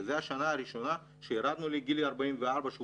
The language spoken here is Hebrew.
וזו השנה הראשונה שירדנו לגיל 44 שהוא